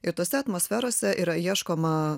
ir tose atmosferose yra ieškoma